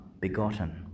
begotten